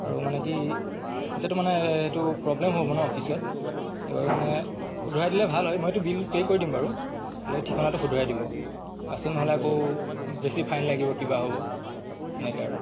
আৰু মানে কি এতিয়াতো মানে এইটো প্ৰব্লেম হ'ব ন পিছত সেইবাবে মানে শুধৰাই দিলে ভাল হয় মইতো বিল পে' কৰি দিম বাৰু খালি ঠিকনাটো শুধৰাই দিব পাছত নহ'লে আকৌ বেছি ফাইন লাগিব কিবা হ'ব এনেকৈ আৰু